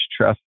trust